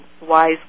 wise